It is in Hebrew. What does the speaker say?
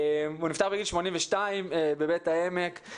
הוא נפטר בגיל 82 בבית העמק.